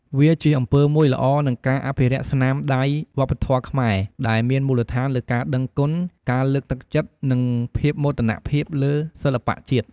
វាជាអំពើមួយល្អ និងការអភិរក្សស្នាមដៃវប្បធម៌ខ្មែរ ដែលមានមូលដ្ឋានលើការដឹងគុណ ការលើកទឹកចិត្ត និងភាពមោទនភាពលើសិល្បៈជាតិ។